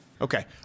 Okay